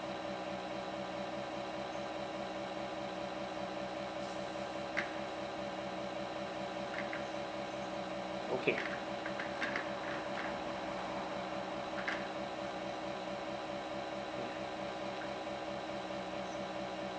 okay